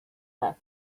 left